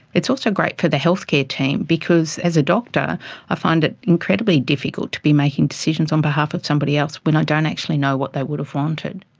it's also great for the healthcare team because as a doctor i find it incredibly difficult to be making decisions on behalf of somebody else when i don't actually know what they would have wanted.